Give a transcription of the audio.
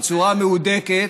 בצורה מהודקת.